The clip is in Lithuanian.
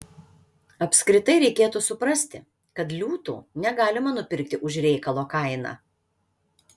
apskritai reikėtų suprasti kad liūtų negalima nupirkti už reikalo kainą